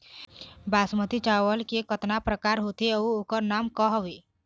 बासमती चावल के कतना प्रकार होथे अउ ओकर नाम क हवे?